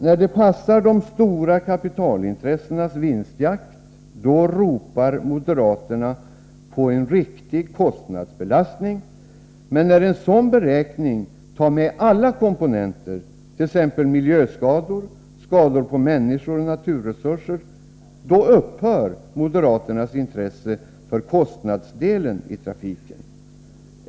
När det passar de stora kapitalintressenas vinstjakt, ropar moderaterna på en riktig kostnadsbelastning, men när man vid en sådan beräkning tar med alla komponenter, t.ex. miljöskador, skador på människor och naturresurser, upphör moderaternas intresse för kostnadsdelen i trafiken.